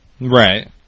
right